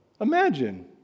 Imagine